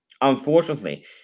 Unfortunately